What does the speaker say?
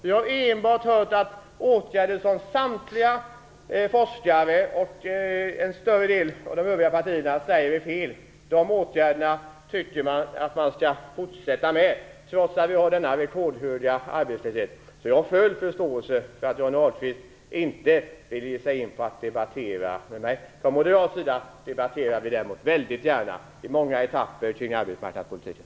Vi har enbart hört att man vill fortsätta med de åtgärder som samtliga forskare och en större del av de övriga partierna säger är fel. Det vill man göra trots att vi har en rekordhög arbetslöshet. Jag har full förståelse för att Johnny Ahlqvist inte vill ge sig in och debattera med mig. Vi moderater debatterar däremot väldigt gärna i många etapper kring arbetsmarknadspolitiken.